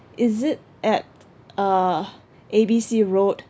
is it at uh A B C road